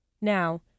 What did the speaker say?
Now